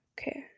Okay